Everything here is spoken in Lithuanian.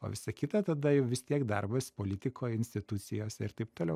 o visa kita tada jau vis tiek darbas politiko institucijose ir taip toliau